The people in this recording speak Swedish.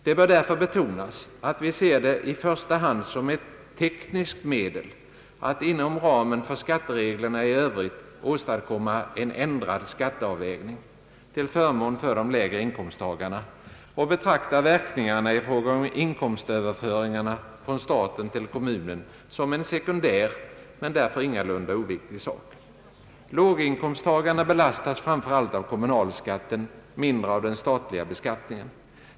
Det bör därför betonas att vi i första hand ser det som ett tekniskt medel att inom ramen för skattereglerna i övrigt åstadkomma en ändrad skatteavvägning — till förmån för de lägre inkomsttagarna — och att vi betraktar verkningarna i fråga om inkomstöverföringarna från staten till kommunerna som en sekundär men därför ingalunda oviktig sak. Låginkomsttagarna belastas framför allt av kommunalskatten, mindre av den statliga beskattningen.